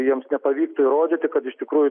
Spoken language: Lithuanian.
jiems nepavyktų įrodyti kad iš tikrųjų